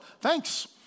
thanks